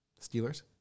Steelers